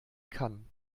kann